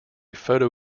photo